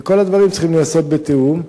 וכל הדברים צריכים להיעשות בתיאום.